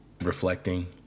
reflecting